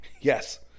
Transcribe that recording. yes